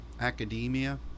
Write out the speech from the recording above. academia